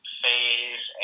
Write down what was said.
phase